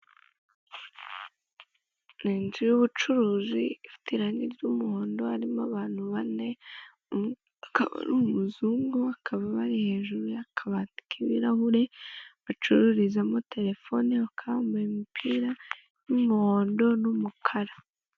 Ni inzu y'ubucuruzi ifite irange ry'umuhondo harimo abantu bane umwe akaba ari umuzungu bakaba bari hejuru y'akabati k'ibirahure bacururizamo terefone bakaba bambaye imipira y'imihondo n'umukara.